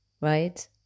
right